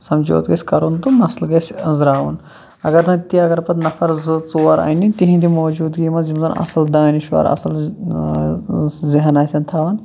سَمجھوتہٕ گَژھِ کَرُن تہٕ مَسلہٕ گژھِ أنٛزراوُن اَگر نہٕ تہِ اَگر پَتہٕ نفر زٕ ژور اَنہِ تِہٕنٛدِ موٗجوٗدگی منٛز یِم زَن اَصٕل دٲنِشوَر آسان ذہن آسَن تھاوان